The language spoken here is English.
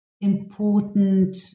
important